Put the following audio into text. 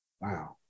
Wow